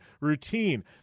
routine